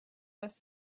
was